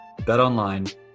BetOnline